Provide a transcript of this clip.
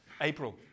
April